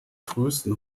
frühesten